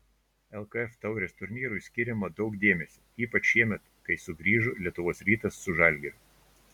lkf taurės turnyrui skiriama daug dėmesio ypač šiemet kai sugrįžo lietuvos rytas su žalgiriu